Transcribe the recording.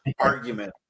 argument